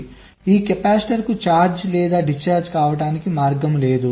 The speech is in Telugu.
కాబట్టి ఈ కెపాసిటర్కు ఛార్జ్ లేదా డిశ్చార్జ్ కావడానికి మార్గం లేదు